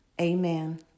Amen